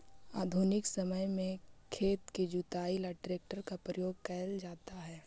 आधुनिक समय में खेत की जुताई ला ट्रैक्टर का प्रयोग करल जाता है